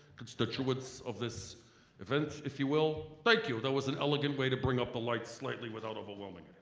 constituents of this event, if you will. thank you, that was an elegant way to bring up the lights slightly without overwhelming.